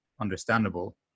understandable